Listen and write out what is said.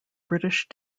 british